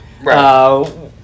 Right